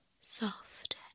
soft